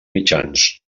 mitjans